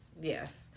Yes